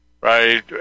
right